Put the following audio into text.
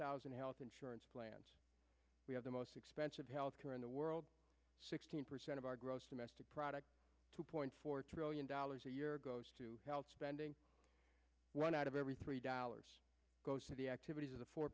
thousand health insurance plans we have the most expensive health care in the world sixteen percent of our gross domestic product two point four trillion dollars a year goes to health spending one out of every three dollars goes to the activities of the for